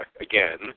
Again